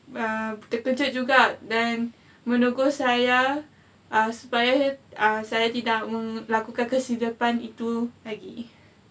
err terkejut juga then menegur saya uh supaya uh saya tidak melakukan kesilapan itu lagi